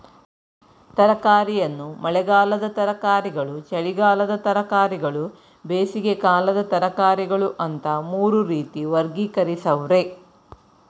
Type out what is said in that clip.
ತರಕಾರಿಯನ್ನು ಮಳೆಗಾಲದ ತರಕಾರಿಗಳು ಚಳಿಗಾಲದ ತರಕಾರಿಗಳು ಬೇಸಿಗೆಕಾಲದ ತರಕಾರಿಗಳು ಅಂತ ಮೂರು ರೀತಿ ವರ್ಗೀಕರಿಸವ್ರೆ